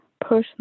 personal